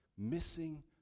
Missing